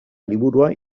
liburua